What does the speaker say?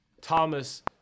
Thomas